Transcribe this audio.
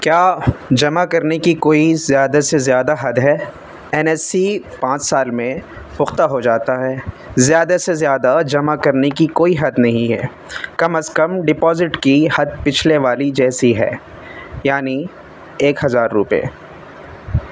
کیا جمع کرنے کی کوئی زیادہ سے زیادہ حد ہے این ایس سی پانچ سال میں پختہ ہو جاتا ہے زیادہ سے زیادہ جمع کرنے کی کوئی حد نہیں ہے کم از کم ڈپازٹ کی حد پچھلے والے جیسی ہے یعنی ایک ہزار روپئے